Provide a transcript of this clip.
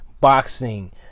boxing